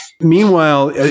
Meanwhile